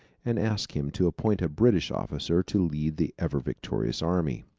and asked him to appoint a british officer to lead the ever-victorious army.